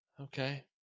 Okay